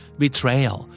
betrayal